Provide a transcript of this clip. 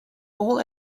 all